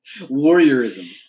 Warriorism